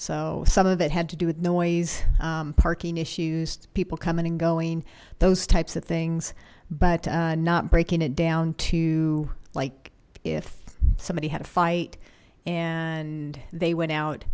so some of it had to do with noise parking issues people coming and going those types of things but not breaking it down to like if somebody had a fight and they went out